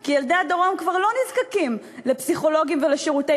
כי ילדי הדרום כבר לא נזקקים לפסיכולוגים ולשירותי